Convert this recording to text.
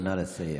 נא לסיים.